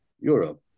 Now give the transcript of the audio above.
Europe